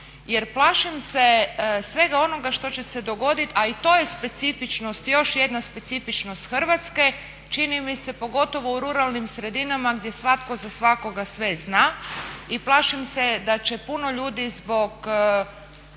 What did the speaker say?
jer plašim se svega onoga što će se dogoditi a i to je specifičnost, još jedna specifičnost Hrvatske, čini mi se pogotovo u ruralnim sredinama gdje svatko za svakoga sve zna i plašim se da će puno ljudi zbog